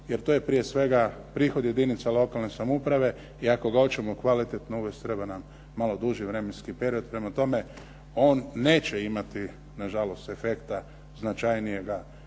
jer to je prije svega prihod jedinica lokalne samouprave i ako ga hoćemo kvalitetno uvesti treba nam malo duži vremenski period. Prema tome, on neće imati na žalost efekta značajnijega